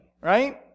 right